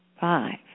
five